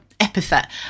Epithet